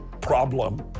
problem